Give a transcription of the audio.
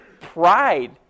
pride